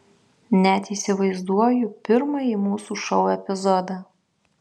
net įsivaizduoju pirmąjį mūsų šou epizodą